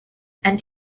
and